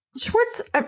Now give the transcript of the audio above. Schwartz